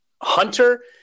hunter